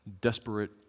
desperate